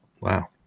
Wow